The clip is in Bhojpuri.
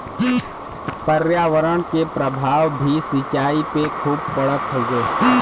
पर्यावरण के प्रभाव भी सिंचाई पे खूब पड़त हउवे